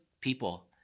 people